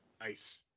Nice